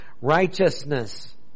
Righteousness